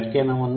ಫರ್ನ್ಸ್D